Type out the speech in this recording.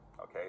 okay